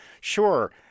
Sure